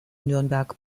nürnberg